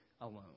alone